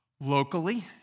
locally